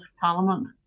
Parliament